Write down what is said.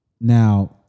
Now